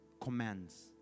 commands